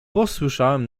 posłyszałem